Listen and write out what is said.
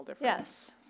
Yes